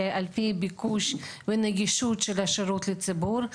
אלא על פי ביקוש ונגישות של השירות לציבור.